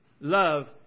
love